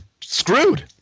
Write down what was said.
screwed